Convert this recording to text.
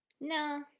No